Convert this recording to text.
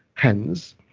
hens,